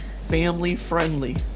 Family-friendly